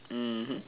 mmhmm